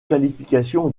qualification